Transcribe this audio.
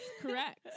Correct